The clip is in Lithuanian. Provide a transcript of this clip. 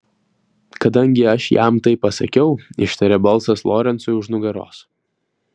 kadangi aš jam tai pasakiau ištarė balsas lorencui už nugaros